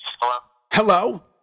Hello